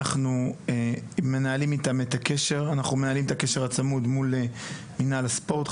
אנחנו מנהלים איתם את הקשר וכן מנהלים קשר צמוד מול מינהל הספורט.